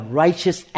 righteous